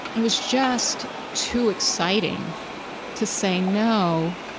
it was just too exciting to say no.